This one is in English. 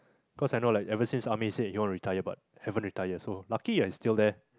cause I know like even said army said you want to retire but haven't retire so lucky ah he still there